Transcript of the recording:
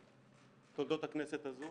בתולדות הכנסת הזאת